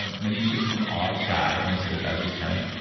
um maneesh is an odd guy, and i say that as his friend,